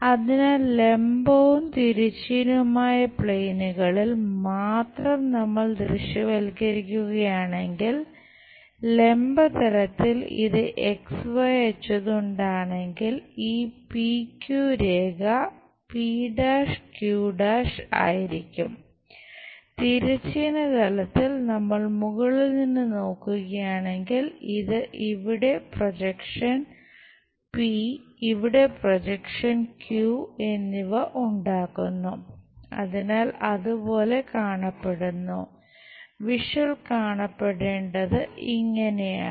അതിനാൽ ലംബവും തിരശ്ചീനവുമായ പ്ലെയിനുകളിൽ കാണപ്പെടേണ്ടത് ഇങ്ങനെയാണ്